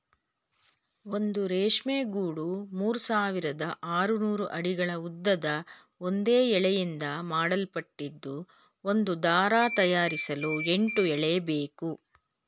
ಒಂದು ರೇಷ್ಮೆ ಗೂಡು ಮೂರ್ಸಾವಿರದ ಆರ್ನೂರು ಅಡಿ ಉದ್ದದ ಒಂದೇ ಎಳೆಯಿಂದ ಮಾಡಲ್ಪಟ್ಟಿದ್ದು ಒಂದು ದಾರ ತಯಾರಿಸಲು ಎಂಟು ಎಳೆಬೇಕು